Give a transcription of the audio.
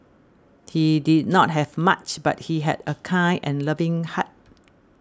he did not have much but he had a kind and loving heart